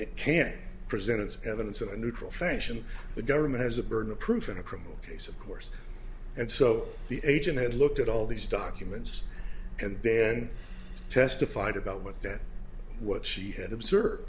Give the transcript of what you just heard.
it can present its evidence in a neutral fashion the government has the burden of proof in a criminal case of course and so the agent had looked at all these documents and then testified about what that what she had obs